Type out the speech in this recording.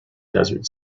desert